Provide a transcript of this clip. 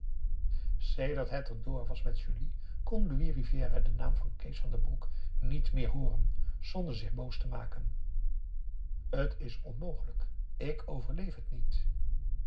sedert het erdoor was met julie kon louis rivière den naam van kees van den broek niet meer hooren zonder zich boos te maken het is onmogelijk ik overleef het niet